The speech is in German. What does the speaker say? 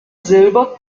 silber